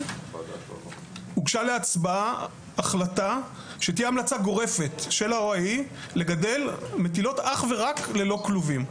הוגשה להצבעה החלטה שתהיה המלצה גורפת לגדל מטילות אך ורק ללא כלובים.